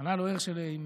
ענה לו הרשל'ה עם